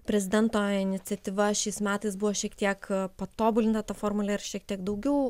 prezidento iniciatyva šiais metais buvo šiek tiek patobulinta ta formulė ir šiek tiek daugiau